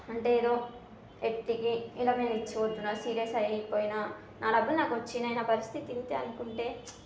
అంటే ఏదో ఎట్టికి వీళ్ళకి నేను ఇచ్చొద్దున సీరియస్ అయిపోయిన నా డబ్బులు నాకు వచ్చినాయి నా పరిస్థితి ఇంతే అనుకుంటే